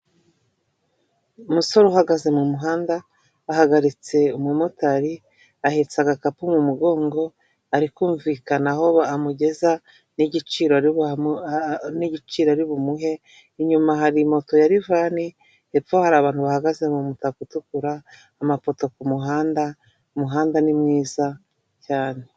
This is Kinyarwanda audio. Umusore uhagaze mu muhanda ahagaritse umumotari, ahetse agakapu mu mugongo, ari kumvikana aho amugeza n'igiciro ari aribuha ari bumuhe, inyuma hari moto ya rivani, hepfo hari abantu bahagaze mu mutaka utukura, umuhanda ni mwiza cyane.